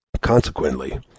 Consequently